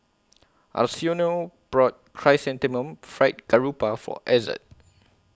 Arsenio bought Chrysanthemum Fried Garoupa For Ezzard